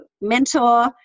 mentor